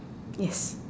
yes